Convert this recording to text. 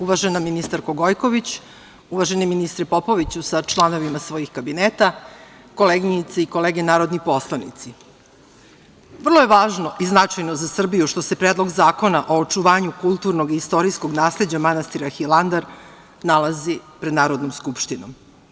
Uvažena ministarko Gojković, uvaženi ministre Popoviću sa članovima svojih kabineta, koleginice i kolege narodni poslanici, vrlo je važno i značajno za Srbiju što se Predlog zakona o očuvanju kulturnog i istorijskog nasleđa manastira Hilandar nalazi pred Narodnom skupštinom.